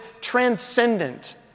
transcendent